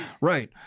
Right